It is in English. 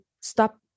stop